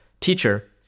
teacher